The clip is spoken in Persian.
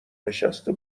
نشسته